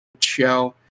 show